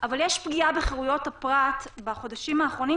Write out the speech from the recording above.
אבל יש פגיעה בחירויות הפרט בחודשים האחרונים,